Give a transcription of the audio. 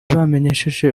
bamenyesheje